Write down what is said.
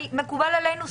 מקובל עלינו.